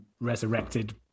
resurrected